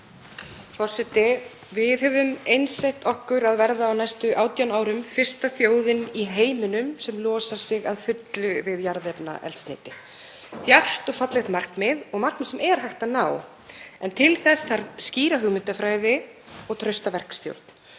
Forseti. Við höfum einsett okkur að verða á næstu 18 árum fyrsta þjóðin í heiminum sem losar sig að fullu við jarðefnaeldsneyti. Djarft og fallegt markmið og markmið sem er hægt að ná en til þess þarf skýra hugmyndafræði og trausta verkstjórn.